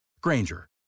Granger